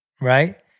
right